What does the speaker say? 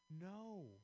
No